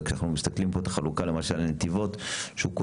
אבל כשאנחנו מסתכלים פה את החלוקה,